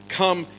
come